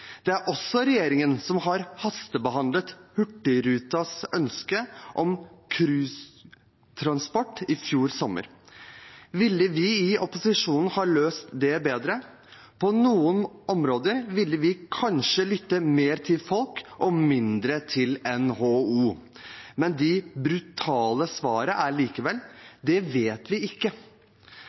Det var også regjeringen som hastebehandlet Hurtigrutens ønske om cruisetransport i fjor sommer. Ville vi i opposisjonen ha løst det bedre? På noen områder ville vi kanskje lyttet mer til folk og mindre til NHO. Det brutale svaret er likevel: Det vet vi ikke.